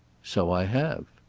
so i have.